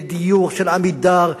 לדיור של "עמידר",